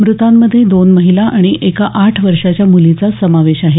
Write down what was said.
मृतांमध्ये दोन महिला आणि एका आठ वर्षाच्या मुलीचा समावेश आहे